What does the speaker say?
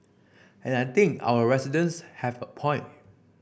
and I think our residents have a point